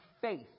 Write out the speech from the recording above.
faith